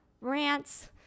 Rants